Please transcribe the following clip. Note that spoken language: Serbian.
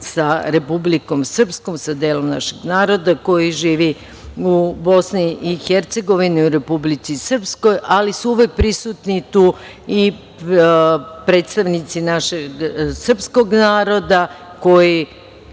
sa Republikom Srpskom, sa delom našeg naroda koji živi u Bosni i Hercegovini, u Republici Srpskoj, ali su uvek prisutni tu i predstavnici našeg srpskog naroda koji